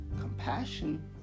compassion